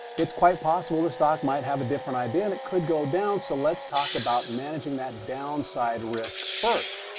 it's quite possible the stock might have a different idea, and it could go down. so let's talk about managing that downside risk first.